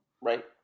Right